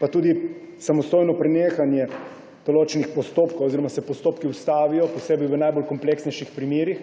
pa samostojno prenehanje določenih postopkov oziroma se postopki ustavijo, posebej v najkompleksnejših primerih,